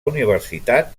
universitat